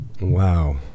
Wow